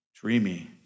dreamy